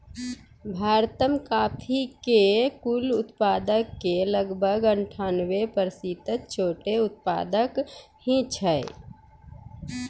भारत मॅ कॉफी के कुल उत्पादन के लगभग अनठानबे प्रतिशत छोटो उत्पादक हीं छै